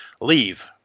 leave